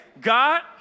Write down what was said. God